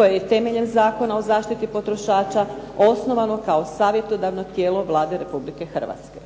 koje je temeljem Zakona o zaštiti potrošača osnovano kao savjetodavno tijelo Vlade Republike Hrvatske.